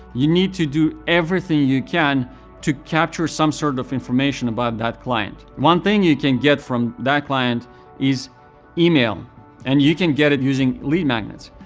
you need to do everything you can to capture some sort of information about that client. one thing you can get from that client is email and you can get it using lead magnets.